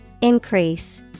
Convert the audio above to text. Increase